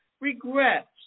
regrets